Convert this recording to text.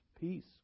peace